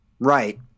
Right